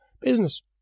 business